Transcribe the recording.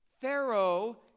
Pharaoh